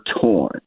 torn